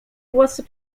głosy